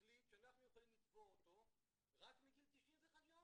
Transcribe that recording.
החליט שאנחנו יכולים לתבוע אותו רק מגיל 91 יום.